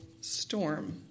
storm